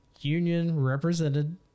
union-represented